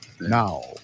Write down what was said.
Now